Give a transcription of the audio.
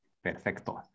Perfecto